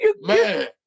Man